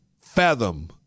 fathom